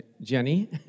Jenny